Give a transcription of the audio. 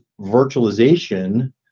virtualization